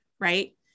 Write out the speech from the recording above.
right